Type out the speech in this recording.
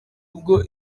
ubwo